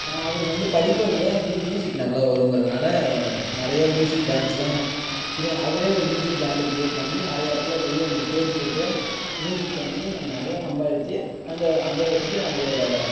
அவருக்கு வந்து படிப்பை விட வந்து மியூசிக் நல்லா வருங்கிறதினால நிறையா மியூசிக் பேண்ட்ஸ்லாம் அவர் ஒரு மியூசிக் பேண்ட் கிரியேட் பண்ணி நிறையா இடத்துல போய் அந்த ஸ்டேஜ் போட்டு மியூசிக் பண்ணி நிறையா சம்பாரித்து அதை அதை வெச்சு அவரோட